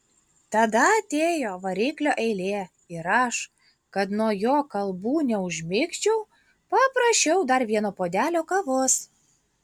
tada atėjo variklio eilė ir aš kad nuo jo kalbų neužmigčiau paprašiau dar vieno puodelio kavos